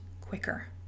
quicker